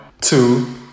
Two